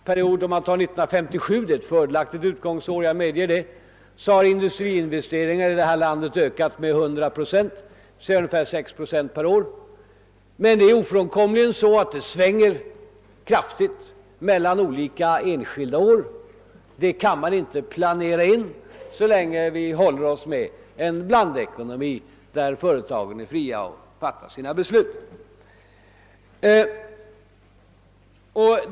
Sedan 1957 — det är ett fördelaktigt utgångsår, jag medger det — har industriinvesteringarna i detta land ökat med 100 procent, dvs. med ungefär sex procent per år. Men det är ofrånkomligen så att det svänger kraftigt mellan olika enskilda år. Det kan vi inte planera in, så länge vi håller oss med en blandekonomi där företagen är fria att fatta sina beslut.